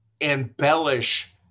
embellish